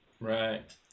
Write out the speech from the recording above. Right